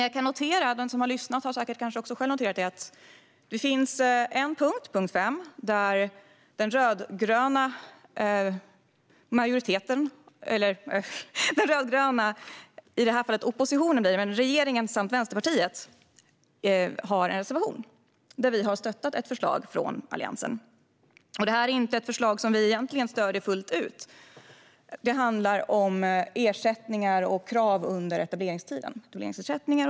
Jag kan dock notera att det finns en punkt, punkt 5, där i det här fallet oppositionen - regeringen och Vänsterpartiet - har en reservation där vi har stöttat ett förslag från Alliansen, men det är inte ett förslag som vi egentligen stöder fullt ut. Det handlar om ersättningar och krav under etableringstiden.